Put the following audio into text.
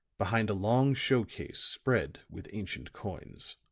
behind a long show case spread with ancient coins.